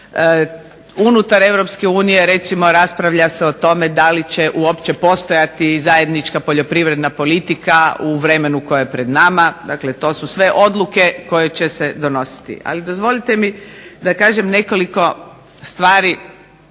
unutar Europske unije raspravlja se o tome da li će uopće postojati zajednička poljoprivredna politika u vremenu koje je pred nama, dakle, to su sve odluke koje će se donositi. Ali dozvolite mi da kažem nekoliko stvari